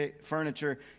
furniture